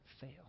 fail